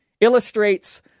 Illustrates